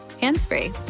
hands-free